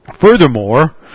Furthermore